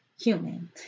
human